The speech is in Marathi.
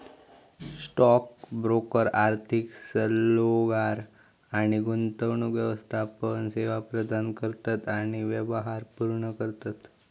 स्टॉक ब्रोकर आर्थिक सल्लोगार आणि गुंतवणूक व्यवस्थापन सेवा प्रदान करतत आणि व्यवहार पूर्ण करतत